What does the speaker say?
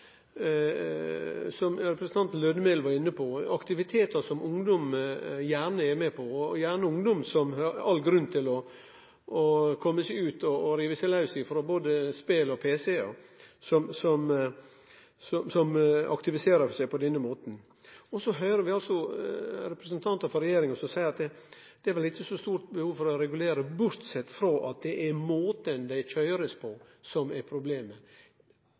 som representanten Lødemel var inne på, aktivitetar som ungdom gjerne er med på, og gjerne ungdom som har all grunn til å kome seg ut og rive seg laus frå både spel og pc, som aktiviserer seg på denne måten. Så høyrer vi representantar frå regjeringa som seier at det ikkje er så stort behov for å regulere med unntak av at det er måten det blir køyrt på som er problemet.